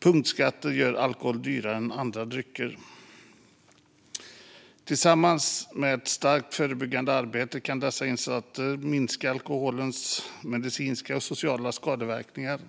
punktskatter gör alkohol dyrare än andra drycker. Tillsammans med ett starkt förebyggande arbete kan dessa insatser minska alkoholens medicinska och sociala skadeverkningar,